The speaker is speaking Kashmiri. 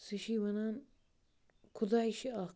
سُہ چھی وَنان خۄداے چھِ اَکھ